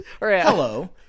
Hello